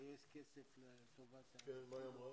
לגייס כסף לטובת- -- מה היא אמרה?